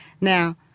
Now